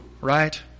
right